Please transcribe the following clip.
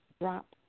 drop